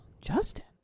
Justin